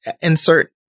insert